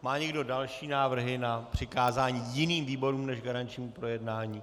Má někdo další návrhy na přikázání jiným výborům než garančnímu projednání?